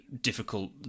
difficult